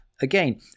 Again